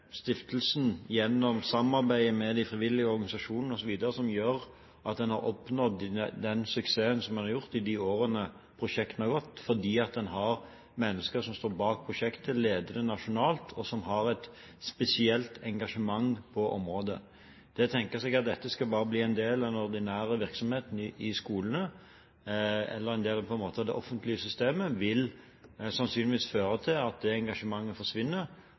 stiftelsen, gjennom samarbeidet med de frivillige organisasjonene osv. som gjør at en har oppnådd den suksessen som en har gjort gjennom de årene prosjektet er gått, fordi en har mennesker som står bak prosjektet, leder det nasjonalt, og som har et spesielt engasjement på området. Det å tenke seg at dette bare skal bli en del av den ordinære virksomheten i skolene, eller en del av det offentlige systemet, vil sannsynligvis føre til at det engasjementet forsvinner,